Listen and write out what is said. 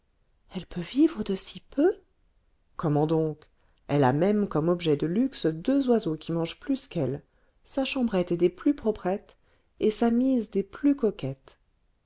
elle peut vivre de si peu comment donc elle a même comme objet de luxe deux oiseaux qui mangent plus qu'elle sa chambrette est des plus proprettes et sa mise des plus coquettes